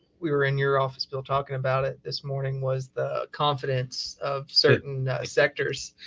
we were in your office, bill, talking about it this morning was the confidence of certain sectors.